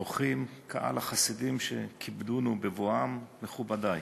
אורחים, קהל החסידים שכיבדונו בבואם, מכובדי,